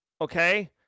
Okay